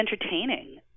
entertaining